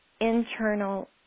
internal